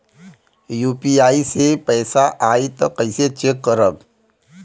UPI से पैसा आई त कइसे चेक करब?